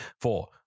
four